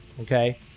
Okay